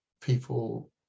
people